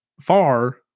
far